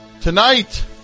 tonight